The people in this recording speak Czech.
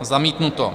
Zamítnuto.